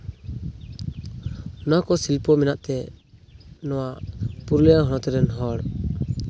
ᱚᱱᱟ ᱠᱚ ᱥᱤᱞᱯᱚ ᱢᱮᱱᱟᱜ ᱛᱮ ᱱᱚᱣᱟ ᱯᱩᱨᱩᱞᱤᱭᱟᱹ ᱦᱚᱱᱚᱛ ᱨᱮᱱ ᱦᱚᱲ